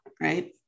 right